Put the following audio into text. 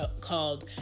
called